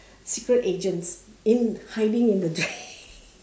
secret agents in hiding in the drain